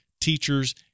teachers